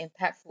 impactful